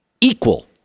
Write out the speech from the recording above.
equal